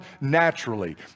naturally